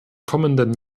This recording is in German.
kommenden